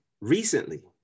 recently